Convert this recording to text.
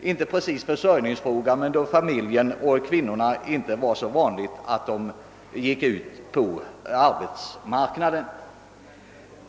inte precis försörjningsinstitution så dock något liknande, ty då de gifte sig var det inte så vanligt att kvinnorna gick ut på arbetsmarknaden.